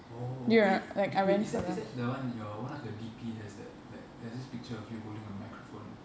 oh wait th~ wait is that is that the one your one of your D_P has that like there's this picture of you holding a microphone